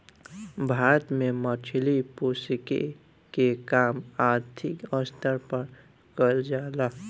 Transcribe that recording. भारत में मछली पोसेके के काम आर्थिक स्तर पर कईल जा ला